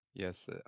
Yes